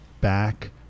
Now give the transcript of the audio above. back